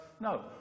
No